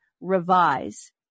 revise